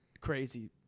Crazy